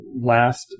last